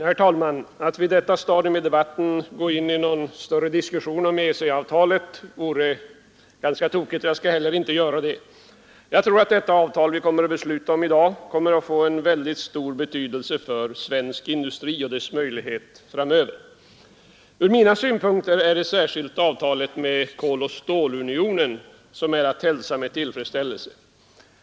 Herr talman! Att vid detta stadium av debatten gå in i någon större diskussion om EEC-avtalet vore ganska tokigt, och jag skall heller inte göra det. Jag tror att det avtal vi skall fatta beslut om i dag kommer att få en mycket stor betydelse för svensk industri och dess möjligheter framöver. Ur mina synpunkter är särskilt avtalet med Koloch stålunionen att hälsa med tillfredsställelse.